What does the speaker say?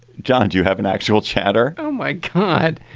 jonge. you have an actual chatter oh my god.